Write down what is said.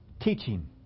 teaching